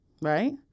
Right